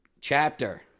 chapter